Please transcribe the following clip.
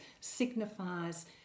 signifies